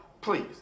Please